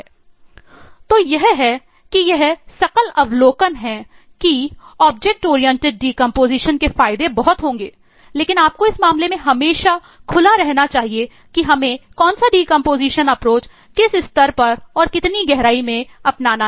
तो यह है कि यह सकल अवलोकन है कि ऑब्जेक्ट ओरिएंटेड डीकंपोजिशन किस स्तर पर और कितनी गहराई में अपनाना है